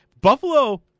Buffalo